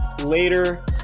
later